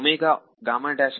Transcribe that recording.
ವಿದ್ಯಾರ್ಥಿ